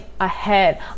ahead